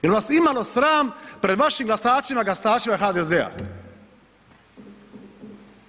Jel vas imalo sram pred vašim glasačima, glasačima HDZ-a?